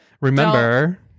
remember